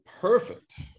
perfect